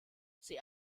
sie